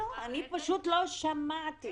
אני פשוט לא שמעתי